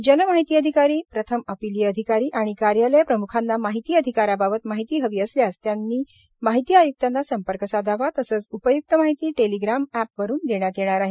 जन माहिती अधिकारी प्रथम अपिलीय अधिकारी आणि कार्यालय प्रमुखांना माहिती अधिकाराबाबत माहिती हवी असल्यास त्यांनी माहिती आयुक्तांना संपर्क साधावा तसंच उपय्क्त माहिती टेलिग्राम एपवरून देण्यात येणार आहे